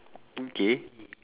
okay